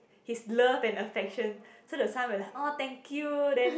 his love and affection so the son will like orh thank you then